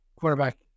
quarterback